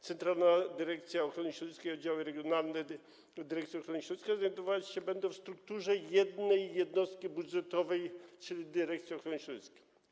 Centrala Dyrekcji Ochrony Środowiska i oddziały regionalne Dyrekcji Ochrony Środowiska znajdować się będą w strukturze jednej jednostki budżetowej, czyli Dyrekcji Ochrony Środowiska.